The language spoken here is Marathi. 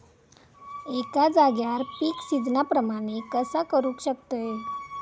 एका जाग्यार पीक सिजना प्रमाणे कसा करुक शकतय?